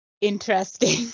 interesting